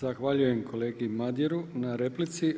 Zahvaljujem kolegi Madjeru na replici.